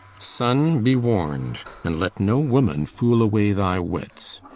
son, be warned and let no woman fool away thy wits.